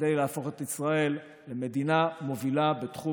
כדי להפוך את ישראל למדינה מובילה בתחום